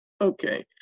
Okay